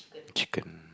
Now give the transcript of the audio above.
chicken